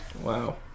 Wow